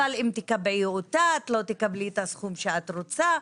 אבל אם לא תקבלי את הסכום שאת רוצה?